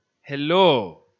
Hello